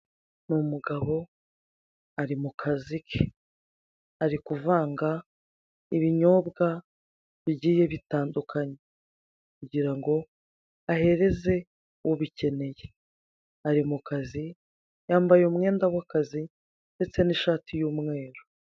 Ni umugabo ari mukazi ke ari kuvanga ibinyobwa bigiye bitandukanye kugira ngo ahereze ubikeneye. Ari mukazi, yambaye umwenda w'akazi ndetse n'ishati y'umweru.